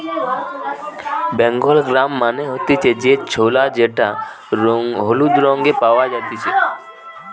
Bengal gram মানে হতিছে যে ছোলা যেটা হলুদ রঙে পাওয়া জাতিছে